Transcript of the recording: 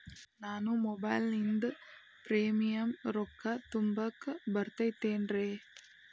ನಾನು ಮೊಬೈಲಿನಿಂದ್ ಪ್ರೇಮಿಯಂ ರೊಕ್ಕಾ ತುಂಬಾಕ್ ಬರತೈತೇನ್ರೇ?